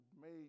made